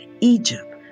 Egypt